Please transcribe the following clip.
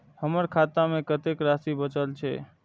हमर खाता में कतेक राशि बचल छे?